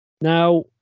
Now